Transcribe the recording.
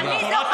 תודה רבה.